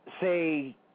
Say